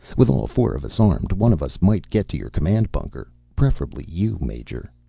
with all four of us armed one of us might get to your command bunker. preferably you, major.